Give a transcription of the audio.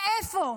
מאיפה?